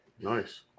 Nice